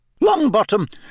Longbottom